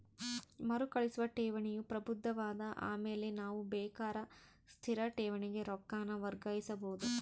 ಮರುಕಳಿಸುವ ಠೇವಣಿಯು ಪ್ರಬುದ್ಧವಾದ ಆಮೇಲೆ ನಾವು ಬೇಕಾರ ಸ್ಥಿರ ಠೇವಣಿಗೆ ರೊಕ್ಕಾನ ವರ್ಗಾಯಿಸಬೋದು